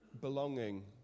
belonging